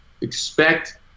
expect